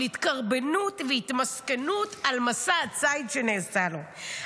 התקרבנות והתמסכנות על מסע הציד שנעשה לו,